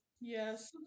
Yes